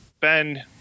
ben